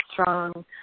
strong